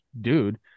dude